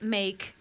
make